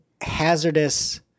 hazardous